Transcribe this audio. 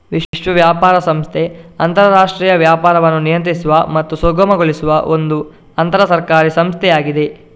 ವಿಶ್ವ ವ್ಯಾಪಾರ ಸಂಸ್ಥೆ ಅಂತರಾಷ್ಟ್ರೀಯ ವ್ಯಾಪಾರವನ್ನು ನಿಯಂತ್ರಿಸುವ ಮತ್ತು ಸುಗಮಗೊಳಿಸುವ ಒಂದು ಅಂತರ ಸರ್ಕಾರಿ ಸಂಸ್ಥೆಯಾಗಿದೆ